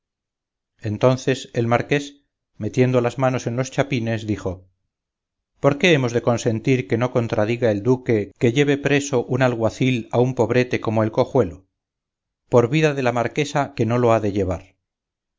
entonces el marqués metiendo las manos en los chapines dijo por qué hemos de consentir que no contradiga el duque que lleve preso un alguacil a un pobrete como el cojuelo por vida de la marquesa que no lo ha de llevar